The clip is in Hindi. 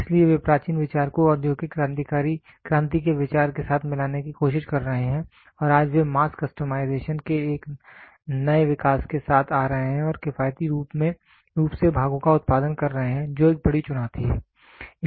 इसलिए वे प्राचीन विचार को औद्योगिक क्रांति के विचार के साथ मिलाने की कोशिश कर रहे हैं और आज वे मास कस्टमाइजेशन के एक नए विकास के साथ आ रहे हैं और किफायती रूप से भागों का उत्पादन कर रहे हैं जो एक बड़ी चुनौती है